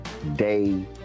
Day